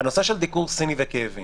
הנושא של דיקור סיני וכאבים